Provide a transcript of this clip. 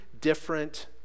different